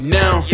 now